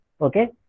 Okay